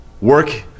Work